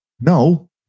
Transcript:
No